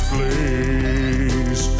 Please